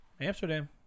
Amsterdam